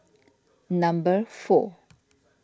number four